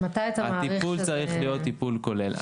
הטיפול צריך להיות טיפול כולל.